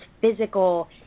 physical